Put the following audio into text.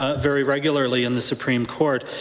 ah very regularly in the supreme court,